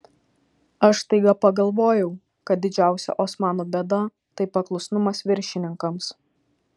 aš staiga pagalvojau kad didžiausia osmanų bėda tai paklusnumas viršininkams